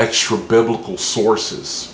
extra biblical sources